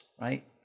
right